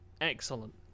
Excellent